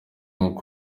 nk’uko